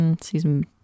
season